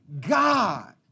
God